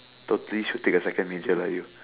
totally should take a second major lah you